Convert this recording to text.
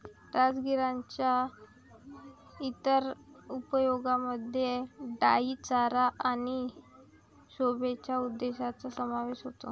राजगिराच्या इतर उपयोगांमध्ये डाई चारा आणि शोभेच्या उद्देशांचा समावेश होतो